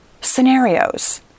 scenarios